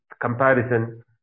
comparison